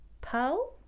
Poe